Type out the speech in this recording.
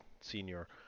senior